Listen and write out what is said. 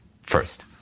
first